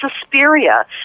Suspiria